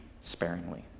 sparingly